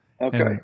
Okay